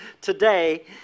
today